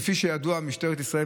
כפי שידוע משטרת ישראל,